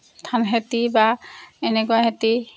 ধান খেতি বা এনেকুৱা খেতি